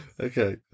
Okay